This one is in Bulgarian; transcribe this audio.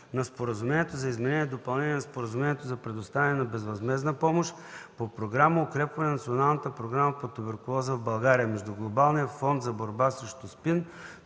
на Споразумението за изменение и допълнение на Споразумението за предоставяне на безвъзмездна помощ по Програма „Укрепване на националната програма по туберкулоза в България” между Глобалния фонд за борба срещу